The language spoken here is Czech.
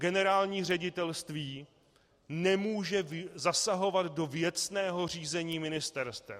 Generální ředitelství nemůže zasahovat do věcného řízení ministerstev.